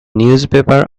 newspaper